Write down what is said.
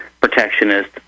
protectionist